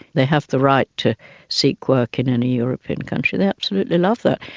they have the right to seek work in any european country, they absolutely love that,